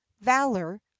valor